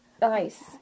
Nice